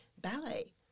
ballet